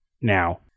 now